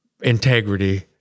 integrity